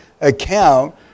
account